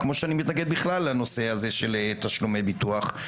כמו שאני מתנגד בכלל לנושא הזה של תשלומי ביטוח.